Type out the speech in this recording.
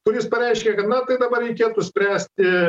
kuris pareiškė kad na tai dabar reikėtų spręsti